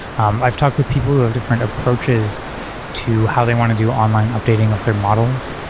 um i've talked with people who have different approaches to how they want to do online updating of their models.